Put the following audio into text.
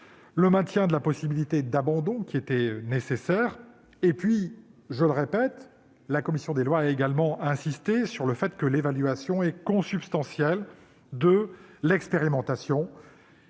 le maintien de la possibilité d'abandon, qui était nécessaire. Je répète qu'elle a également insisté sur le fait que l'évaluation est consubstantielle de l'expérimentation.